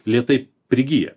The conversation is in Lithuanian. lėtai prigyja